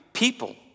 people